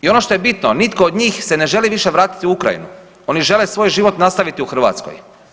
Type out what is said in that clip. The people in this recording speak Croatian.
I ono što je bitno, nitko od njih se ne želi više vratiti u Ukrajinu, oni žele svoj život nastaviti u Hrvatskoj.